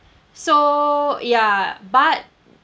so ya but